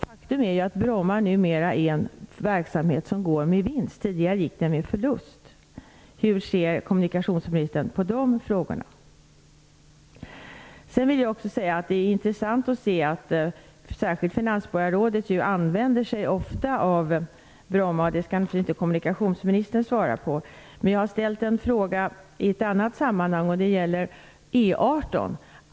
Faktum är att Bromma numera är en verksamhet som går med vinst. Tidigare gick den med förlust. Det är intressant att se hur särskilt finansborgarrådet använder sig av Bromma. Det skall naturligtvis inte kommunikationsministern svara för, men jag har ställt en fråga i ett annat sammanhang. Det gäller E 18.